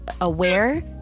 aware